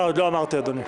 עוד לא אמרתי, אדוני.